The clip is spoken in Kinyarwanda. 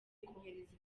kohereza